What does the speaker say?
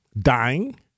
dying